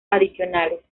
adicionales